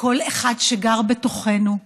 כל אחד שגר בתוכנו.